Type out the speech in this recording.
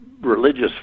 religious